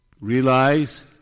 realize